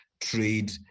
trade